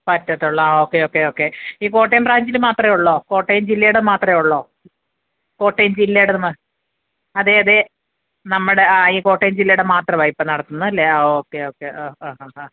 പറ്റത്തൊള്ളൂ ആ okay okay okay ഈ കോട്ടയം ബ്രാഞ്ചിൽ മാത്രേ ഒള്ളോ കോട്ടയം ജില്ലയുടെ മാത്രമേ ഉള്ളോ കോട്ടയം ജില്ലയുടേത് അതെ അതെ നമ്മുടെ ആ ഈ കോട്ടയം ജില്ലയുടെ മാത്രമാണ് ഇപ്പം നടത്തുന്നതല്ലേ ആ ഓക്കെ ഓക്കെ ആ ആ ആ ആ